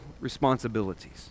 responsibilities